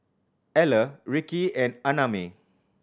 Eller Rickie and Annamae